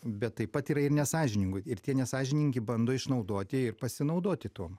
bet taip pat yra ir nesąžiningų ir tie nesąžiningi bando išnaudoti ir pasinaudoti tuom